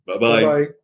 Bye-bye